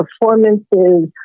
performances